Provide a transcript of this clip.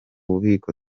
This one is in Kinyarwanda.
bubiko